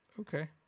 Okay